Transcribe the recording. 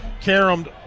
Caromed